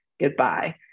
Goodbye